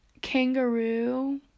kangaroo